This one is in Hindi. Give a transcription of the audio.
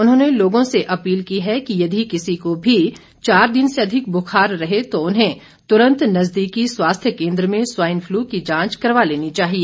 उन्होंने लोगो से अपील की है कि यदि किसी को भी चार दिन से अधिक बुखार रहे तो उन्हे तुरंत नजदीकी स्वास्थ्य केन्द्र में स्वाइन फलू की जांच करवा लेनी चाहिए